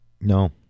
No